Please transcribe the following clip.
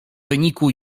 wyniku